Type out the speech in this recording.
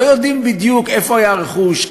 לא יודעים בדיוק איפה היה הרכוש,